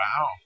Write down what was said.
Wow